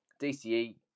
DCE